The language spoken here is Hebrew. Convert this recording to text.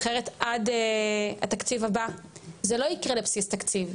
אחרת עד התקציב הבא זה לא יקרה לבסיס תקציב,